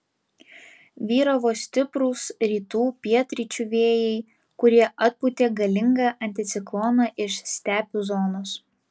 vyravo stiprūs rytų pietryčių vėjai kurie atpūtė galingą anticikloną iš stepių zonos